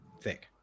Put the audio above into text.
thick